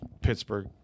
Pittsburgh